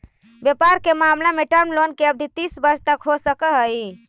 व्यापार के मामला में टर्म लोन के अवधि तीस वर्ष तक हो सकऽ हई